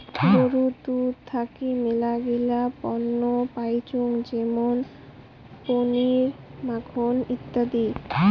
গরুর দুধ থাকি মেলাগিলা পণ্য পাইচুঙ যেমন পনির, মাখন ইত্যাদি